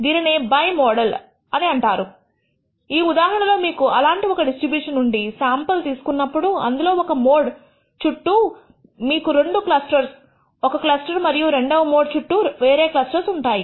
దీనినే బైమొడల్ అని అంటారు ఈ ఉదాహరణలో మీకు అలాంటి ఒక డిస్ట్రిబ్యూషన్ నుండి శాంపుల్ తీసుకున్నప్పుడు అందులో ఒక మోడ్ చుట్టూ మీకు రెండు క్లస్టర్స్ ఒక క్లస్టర్ మరియు రెండవ మోడ్ చుట్టూ వేరే క్లస్టర్స్ ఉంటాయి